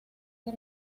que